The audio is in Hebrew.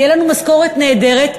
תהיה לנו משכורת נהדרת,